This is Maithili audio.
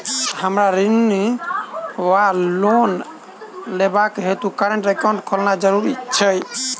हमरा ऋण वा लोन लेबाक हेतु करेन्ट एकाउंट खोलेनैय जरूरी छै?